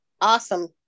awesome